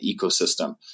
ecosystem